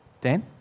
Dan